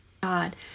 God